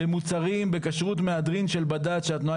ומוצרים בכשרות מהדרין של בד"ץ שהתנועה